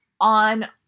on